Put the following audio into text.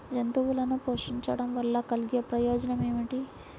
జంతువులను పోషించడం వల్ల కలిగే ప్రయోజనం ఏమిటీ?